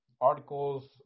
articles